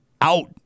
out